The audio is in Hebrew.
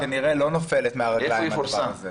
והיא כנראה לא נופלת מהרגליים מהדבר הזה.